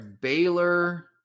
Baylor